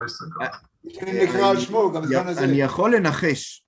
אני יכול לנחש